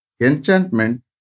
Enchantment